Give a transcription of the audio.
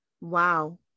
wow